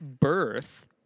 birth